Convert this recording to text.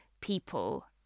people